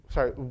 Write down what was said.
Sorry